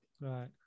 Right